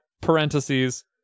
parentheses